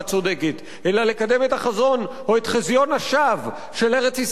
אלא לקדם את החזון או את חזיון השווא של ארץ-ישראל השלמה,